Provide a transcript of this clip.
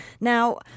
Now